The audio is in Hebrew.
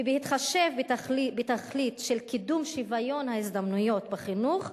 ובהתחשב בתכלית של קידום שוויון ההזדמנויות בחינוך,